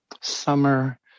summer